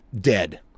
dead